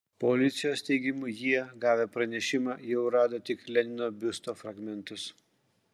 policijos teigimu jie gavę pranešimą jau rado tik lenino biusto fragmentus